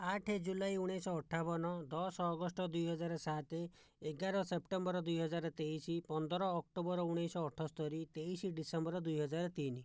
ଆଠ ଜୁଲାଇ ଉଣେଇଶ ଶହ ଅଠାବନ ଦଶ ଅଗଷ୍ଟ ଦୁଇହଜାର ସାତ ଏଗାର ସେପ୍ଟେମ୍ବର ଦୁଇହଜାର ତେଇଶ ପନ୍ଦର ଅକ୍ଟୋବର ଉଣେଇଶ ଶହ ଅଠସ୍ତରି ତେଇଶ ଡିସେମ୍ବର ଦୁଇହଜାର ତିନି